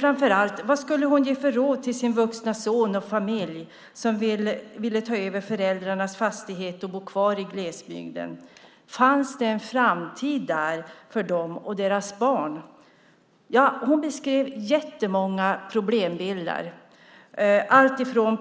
Framför allt: Vad skulle hon ge för råd till sin vuxna son med familj som ville ta över föräldrarnas fastighet och bo kvar i glesbygden? Fanns det en framtid där för dem och deras barn? Hon beskrev jättemånga problembilder,